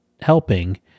helping